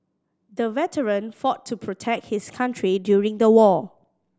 the veteran fought to protect his country during the war